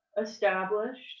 established